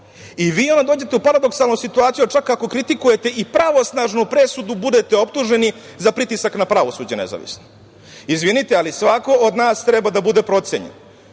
Vi onda dođete u paradoksalnu situaciju, čak ako kritikujete i pravosnažnu presudu, budete optuženi za pritisak na pravosuđe nezavisno. Izvinite, ali svako od nas treba da bude procenjen